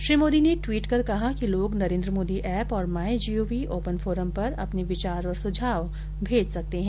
श्री मोदी ने ट्वीट कर कहा है कि लोग नरेन्द्र मोदी ऐप और my G O V open forum पर अपने विचार और सुझाव भेज सकते हैं